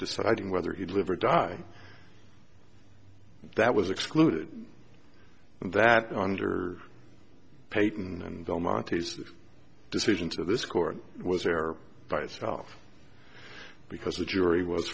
deciding whether he live or die that was excluded that under payton and belmont his decision to this court was there by itself because the jury was